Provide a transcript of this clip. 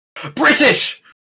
British